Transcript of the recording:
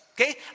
Okay